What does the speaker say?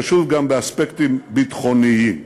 חשוב גם באספקטים ביטחוניים.